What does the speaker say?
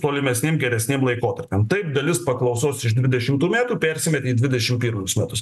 tolimesniem geresniem laikotarpiam taip dalis paklausos iš dvidešimtų metų persimetė į dvidešimt pirmus metus